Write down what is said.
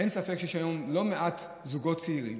אין ספק שיש היום לא מעט זוגות צעירים